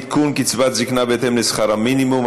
עדכון קצבת זקנה בהתאם לשכר המינימום),